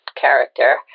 character